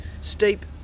steep